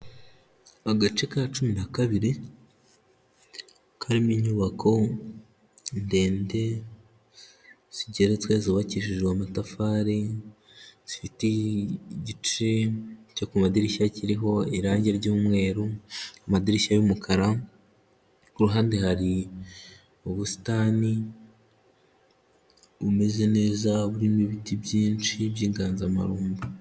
Agace ka cumi na kabiri karimo inyubako ndende zigeretswe zubakishijwe amatafari zifite igice cyo kumadirishya kiriho irangi ry'umweru amadirishya y'umukara kuruhande hari ubusitani bumeze neza burimo ibiti byinshi b'yinganzamarumbo.